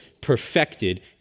perfected